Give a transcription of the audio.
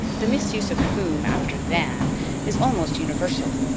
the misuse of whom after than is almost universal.